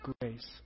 grace